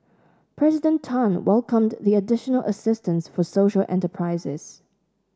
President Tan welcomed the additional assistance for social enterprises